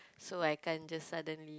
so I can't just suddenly